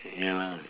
ya